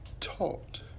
taught